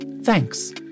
thanks